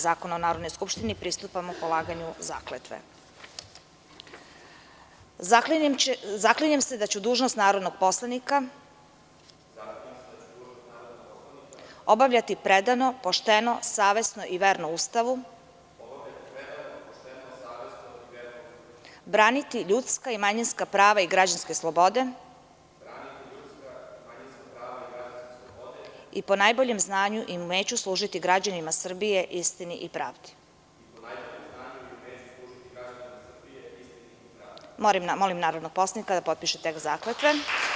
Zakona o Narodnoj skupštini pristupamo polaganju zakletve. (Predsednik čita tekst zakletve, narodni poslanik ponavlja.) „ZAKLINjEM SE DA ĆU DUŽNOST NARODNOG POSLANIKA OBAVLjATI PREDANO, POŠTENO, SAVESNO I VERNO USTAVU, BRANITI LjUDSKA I MANjINSKA PRAVA I GRAĐANSKE SLOBODE I PO NAJBOLjEM ZNANjU I UMEĆU SLUŽITI GRAĐANIMA SRBIJE, ISTINI I PRAVDI!“ Molim narodnog poslanika da potpiše tekst zakletve.